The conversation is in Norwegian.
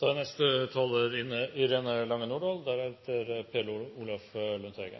Senterpartiet er